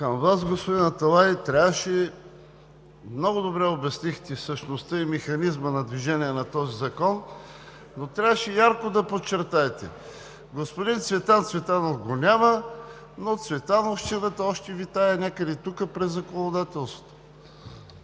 Към Вас, господин Аталай. Много добре обяснихте същността и механизма на движение на този закон, но трябваше ярко да подчертаете – господин Цветан Цветанов го няма, но цветановщината още витае някъде тука при законодателството.